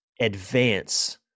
advance